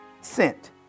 Sent